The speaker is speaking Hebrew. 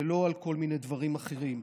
ולא להוציא על כל מיני דברים אחרים.